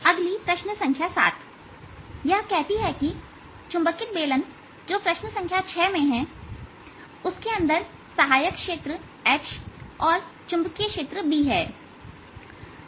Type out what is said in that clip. अगली प्रश्न संख्या 7 यह कहती है कि चुंबकित बेलन जो प्रश्न संख्या 6 में है उसके अंदर सहायक क्षेत्र H और चुंबकीय क्षेत्र B है